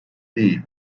değil